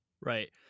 Right